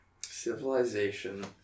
Civilization